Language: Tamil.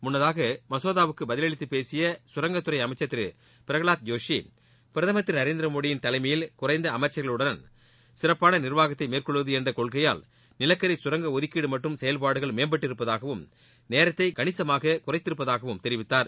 முள்ளதாக மசோதாவுக்கு பதில் அளித்து பேசிய சரங்கத்துறை அமைச்சர் திரு பிரகலாத் ஜோஷி பிரதமர் திரு நரேந்திர மோடியின் குறைந்த அமைச்சா்களுடன் சிறப்பான நிர்வாகத்தை மேற்கொள்வது என்ற கொள்கை நிலக்கரி கரங்க ஒதுக்கீடு மற்றும் செயல்பாடுள் மேம்பட்டு இருப்பதாகவும் நேரத்தை கனிசமாக குறைத்திருப்பதாகவும் தெரிவித்தார்